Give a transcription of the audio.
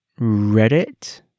Reddit